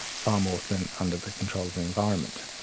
far more than under the control of the environment,